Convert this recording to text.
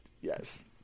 Yes